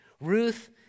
Ruth